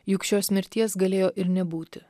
juk šios mirties galėjo ir nebūti